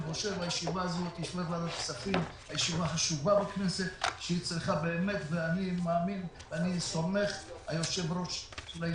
זאת ישיבה חשובה של ועדת הכספים ואני מאמין וסומך מאוד על היושב-ראש.